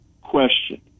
question